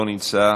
לא נמצאת,